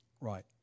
Right